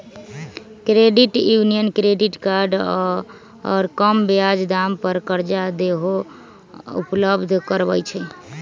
credit union credit card आऽ कम ब्याज दाम पर करजा देहो उपलब्ध करबइ छइ